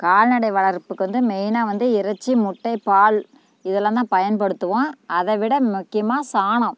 கால்நடை வளர்ப்புக்கு வந்து மெயினாக வந்து இறைச்சி முட்டை பால் இதெல்லாம்தான் பயப்படுத்துவோம் அதை விட முக்கியமாக சாணம்